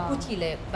ah